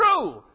true